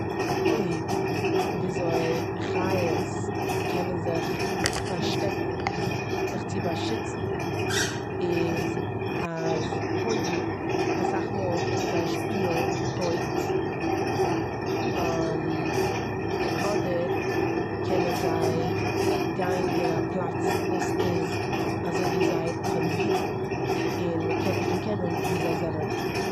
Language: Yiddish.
וועג וויאזוי חיות קענען זיך פארשטעקן זיך צו באשיצן איז אז קודם אסאך מאל קענען זיי שפילן טויט, אדער קענען זיי גיין אין א פלאץ וואס איז אזויווי זייער קאליר און מ'קען נישט דערקענען ווי זיי זענען.